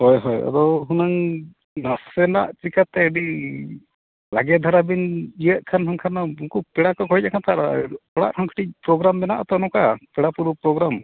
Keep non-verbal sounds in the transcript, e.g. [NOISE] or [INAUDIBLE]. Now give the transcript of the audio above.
ᱦᱳᱭ ᱦᱳᱭ ᱟᱫᱚ ᱦᱩᱱᱟᱹᱝ ᱱᱟᱥᱮᱱᱟᱜ ᱪᱤᱠᱟᱹᱛᱮ ᱟᱹᱰᱤ ᱞᱟᱜᱮ ᱫᱷᱟᱨᱟ ᱵᱤᱱ ᱤᱭᱟᱹᱜ ᱠᱷᱟᱱ [UNINTELLIGIBLE] ᱩᱱᱠᱩ ᱯᱮᱲᱟ ᱠᱚᱠᱚ ᱦᱮᱡ ᱠᱟᱱᱟ ᱛᱚ ᱚᱲᱟᱜ ᱠᱷᱚᱱ ᱠᱟᱹᱴᱤᱡ ᱯᱨᱳᱜᱨᱟᱢ ᱢᱮᱱᱟᱜᱼᱟ ᱛᱚ ᱱᱚᱝᱠᱟ ᱯᱮᱲᱟ ᱯᱨᱚᱵᱷᱩ ᱯᱨᱳᱜᱨᱟᱢ